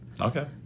Okay